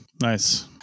Nice